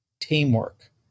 Teamwork